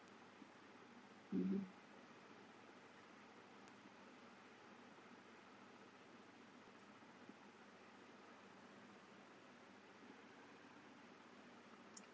(uh huh)